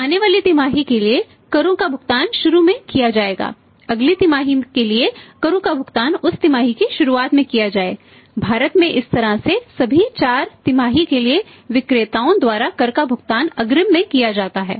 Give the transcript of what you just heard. तो आने वाली तिमाही के लिए करों का भुगतान शुरू में किया जाएगा अगली तिमाही के लिए करों का भुगतान उस तिमाही की शुरुआत में किया जाए भारत में इस तरह से सभी 4 तिमाही के लिए विक्रेताओं द्वारा कर का भुगतान अग्रिम में किया जाता है